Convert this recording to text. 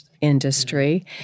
industry